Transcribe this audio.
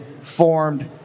formed